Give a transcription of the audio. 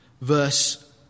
Verse